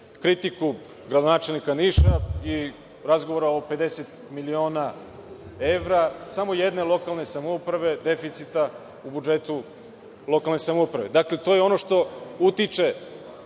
kritiku gradonačelnika Niša i razgovora o 50 miliona evra, samo jedne lokalne samouprave, deficita u budžetu lokalne samouprave. Dakle, to je ono što utiče